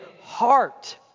heart